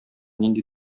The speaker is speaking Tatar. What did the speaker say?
нинди